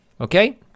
Okay